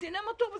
אז הינה מה טוב.